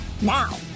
Now